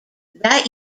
that